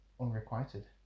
unrequited